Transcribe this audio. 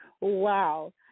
Wow